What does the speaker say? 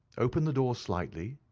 open the door slightly.